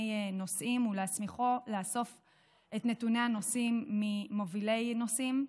נתוני נוסעים ולהסמיכו לאסוף את נתוני הנוסעים ממובילי נוסעים.